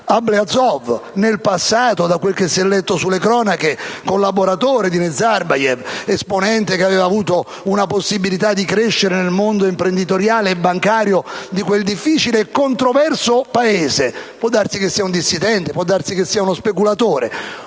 Ablyazov. Nel passato, da quel che si è letto nelle cronache, è stato collaboratore di Nazarbayev, esponente che aveva avuto una possibilità di crescere nel mondo imprenditoriale e bancario di quel difficile e controverso Paese. Può darsi che sia un dissidente o uno speculatore.